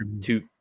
two